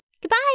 Goodbye